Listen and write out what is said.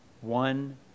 one